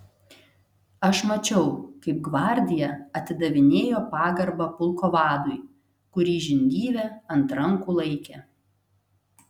aš mačiau kaip gvardija atidavinėjo pagarbą pulko vadui kurį žindyvė ant rankų laikė